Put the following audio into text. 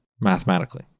mathematically